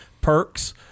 perks